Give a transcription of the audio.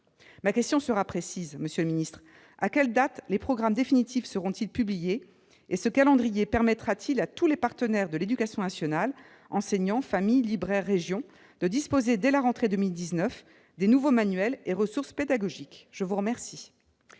Ma question sera précise, monsieur le ministre : à quelle date les programmes définitifs seront-ils publiés, et ce calendrier permettra-t-il à tous les partenaires de l'éducation nationale- enseignants, familles, libraires, régions -de disposer, dès la rentrée de 2019, des nouveaux manuels et ressources pédagogiques ? La parole